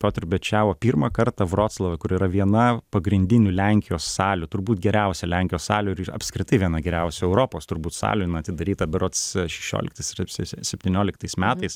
piotr bečao pirmą kartą vroclave kur yra viena pagrindinių lenkijos salių turbūt geriausia lenkijos salių ir apskritai viena geriausių europos turbūt salių jinai atdaryta berods šešioliktas ar septynioliktais metais